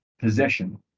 possession